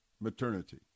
maternity